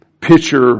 pitcher